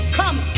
come